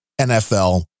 NFL